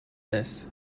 this